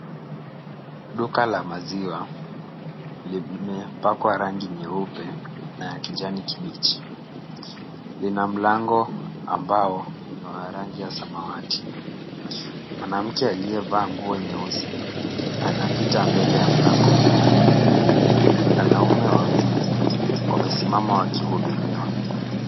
Duka la maziwa limepakwa rangi nyeupe na ya kijani kibichi. Lina mlango ambao ni wa rangi ya samawati. Mwanamke aliyevaa nguo nyeusi anapita mbele ya mlango huo. Wanaume wawili wamesimama wakihudumiwa.